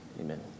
Amen